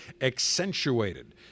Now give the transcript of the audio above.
accentuated